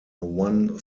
one